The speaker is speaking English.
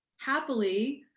happily,